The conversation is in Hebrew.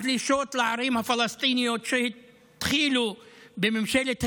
הפלישות לערים הפלסטיניות, שהתחילו בממשלת השינוי,